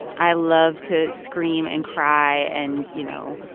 i love to scream and cry and, you know,